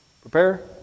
Prepare